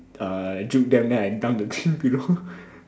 uh dupe them then I dump the team below